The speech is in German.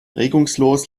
regungslos